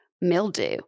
mildew